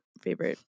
favorite